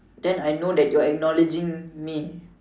then I know that you are acknowledging me